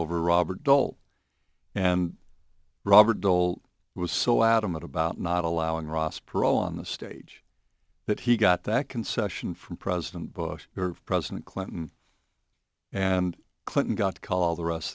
over robert dole and robert dole was so adamant about not allowing ross perot on the stage that he got that concession from president bush or president clinton and clinton got to call the rest